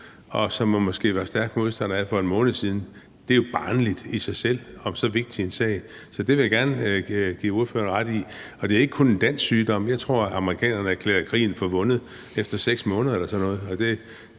og som man måske var stærk modstander af for en måned siden. Det er jo barnligt i sig selv i så vigtig en sag. Så det vil jeg gerne give ordføreren ret i. Og det er ikke kun en dansk sygdom. Jeg tror, at amerikanerne erklærede krigen for vundet efter 6 måneder eller sådan noget.